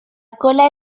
cola